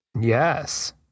Yes